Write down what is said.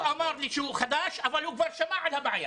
הוא אמר לי שהוא חדש אבל הוא כבר שמע על הבעיה.